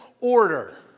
order